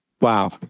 Wow